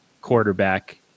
quarterback